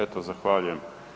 Eto zahvaljujem.